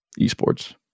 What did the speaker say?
esports